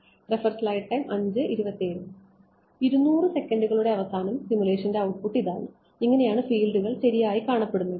200 സെക്കന്റുകളുടെ അവസാനം സിമുലേഷന്റെ ഔട്ട്പുട്ട് ഇതാണ് ഇങ്ങനെയാണ് ഫീൽഡുകൾ ശരിയായി കാണപ്പെടുന്നത്